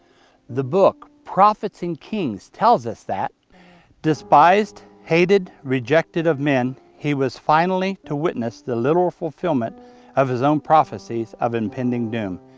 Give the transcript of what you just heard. the book prophets and kings tells us that despised, hated, rejected of men, he was finally to witness the literal fulfillment of his own prophecies of impending doom,